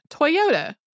Toyota